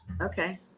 Okay